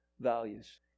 values